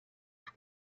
hof